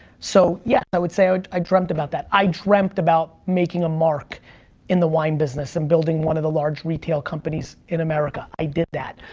so, yeah, i would say i i dreamt about that. i dreamt about making a mark in the wine business and building one of the large retail companies in america. i did that.